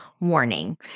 warning